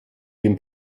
den